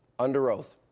under oath?